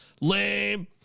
Lame